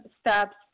steps